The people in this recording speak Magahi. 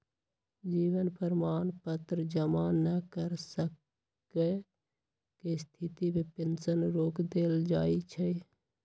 जीवन प्रमाण पत्र जमा न कर सक्केँ के स्थिति में पेंशन रोक देल जाइ छइ